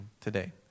today